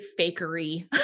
fakery